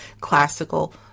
classical